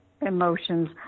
emotions